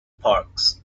parks